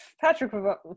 patrick